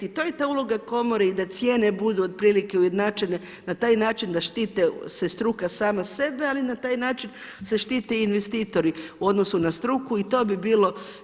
I to je ta uloga komore i da cijene budu otprilike ujednačene na taj način da štite se struka sama sebe, ali na taj način se štite i investitori u odnosu na struku i to bi bilo.